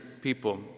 people